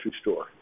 store